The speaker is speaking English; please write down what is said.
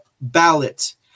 ballot